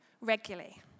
regularly